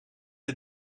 est